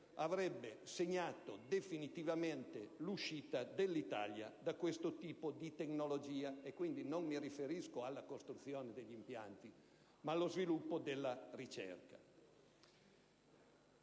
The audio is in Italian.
avrebbe segnato definitivamente l'uscita dell'Italia da questo tipo di tecnologia. Non mi riferisco alla costruzione degli impianti, ma allo sviluppo della ricerca.